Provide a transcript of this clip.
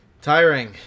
Tiring